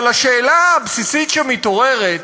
אבל השאלה הבסיסית שמתעוררת,